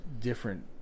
different